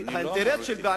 כי זה האינטרס שלנו,